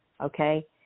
okay